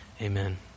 Amen